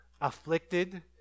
afflicted